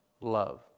Love